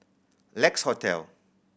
Lex Hotel